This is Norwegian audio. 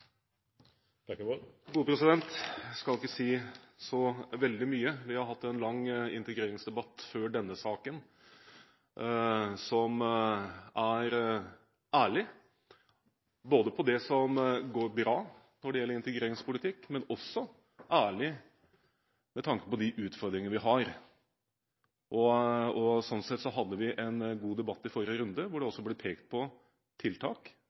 ærlig, både på det som går bra når det gjelder integreringspolitikk, men også ærlig med tanke på de utfordringer vi har. Sånn sett hadde vi en god debatt i forrige runde, hvor det også ble pekt på tiltak,